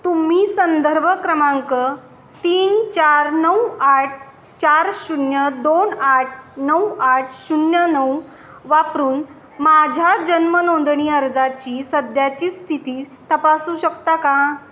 तुम्ही संदर्भ क्रमांक तीन चार नऊ आठ चार शून्य दोन आठ नऊ आठ शून्य नऊ वापरून माझ्या जन्मनोंदणी अर्जाची सध्याची स्थिती तपासू शकता का